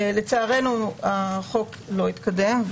לצערנו החוק לא התקדם.